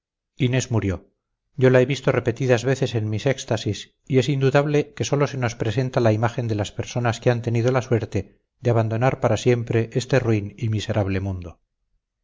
inés murió yo la he visto repetidas veces en mis éxtasis y es indudable que sólo se nos presenta la imagen de las personas que han tenido la suerte de abandonar para siempre este ruin y miserable mundo